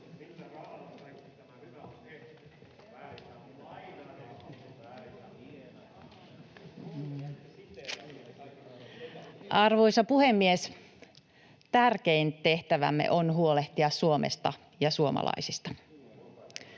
Arvoisa puhemies! Tärkein tehtävämme on huolehtia Suomesta ja suomalaisista.